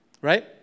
right